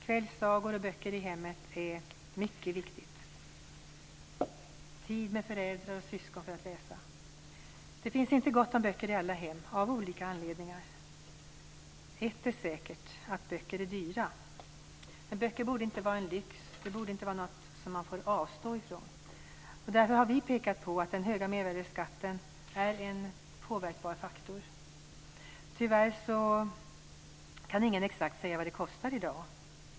Kvällssagor och böcker i hemmet är viktiga tillsammans med tid med föräldrar och syskon för att läsa. Det finns inte gott om böcker i alla hem av olika anledningar. Ett är säkert: Böcker är dyra. Böcker borde inte vara en lyx. De borde inte vara något man måste avstå från. Därför har vi pekat på att den höga mervärdesskatten är en påverkbar faktor. Tyvärr kan ingen säga exakt vad det kostar i dag.